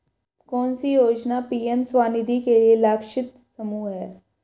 कौन सी योजना पी.एम स्वानिधि के लिए लक्षित समूह है?